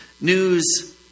News